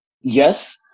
Yes